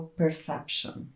perception